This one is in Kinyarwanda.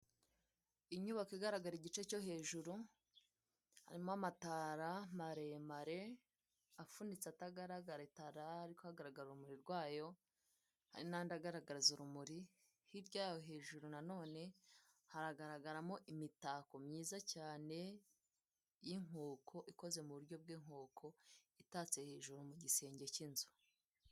Inyubako igaragara igice cyo hejuru, harimo amatara maremare afunitse atagaragara, itara hagaragara urumuri rwayo, hari n'andi agaragaza urumuri , hirya yaho hejuru na none haragaragaramo imitako myiza cyane y'inkoko, ikoze mu buryo bw'inkoko, itatse mu gisenge cy'inzu.